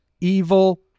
evil